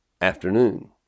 Afternoon